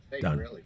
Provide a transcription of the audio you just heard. done